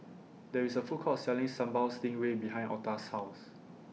There IS A Food Court Selling Sambal Stingray behind Octa's House